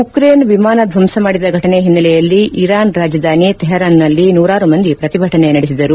Ukraine ವಿಮಾನ ಧ್ವಂಸ ಮಾಡಿದ ಘಟನೆ ಹಿನ್ನೆಲೆಯಲ್ಲಿ ಇರಾನ್ ರಾಜಧಾನಿ ತೆಹರಾನ್ನಲ್ಲಿ ನೂರಾರು ಮಂದಿ ಪ್ರತಿಭಟನೆ ನಡೆಸಿದರು